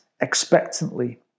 expectantly